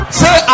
say